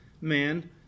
man